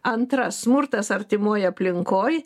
antra smurtas artimoj aplinkoj